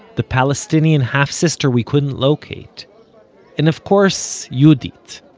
the palestinian half-sister we couldn't locate and of course yehudit,